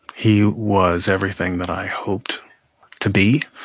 he was everything that i hoped to be.